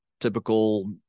typical